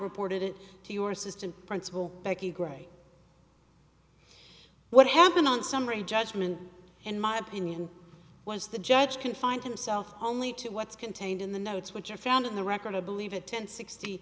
reported it to your sister and principal becky gray what happened on summary judgment in my opinion was the judge can find himself only two what's contained in the notes which are found in the record i believe it ten sixty